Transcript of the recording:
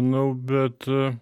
nu bet